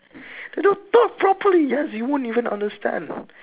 they don't talk properly yes we won't even understand